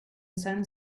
send